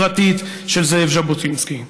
זוהי תפיסתו הכלכלית-חברתית של זאב ז'בוטינסקי.